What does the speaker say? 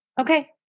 Okay